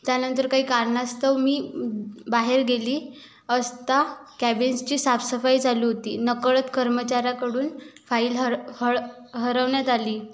त्यानंतर काही कारणास्तव मी बाहेर गेली असता कॅबीन्सची साफसफाई चालू होती नकळत कर्मचाऱ्याकडून फाईल हर हळ हरवण्यात आली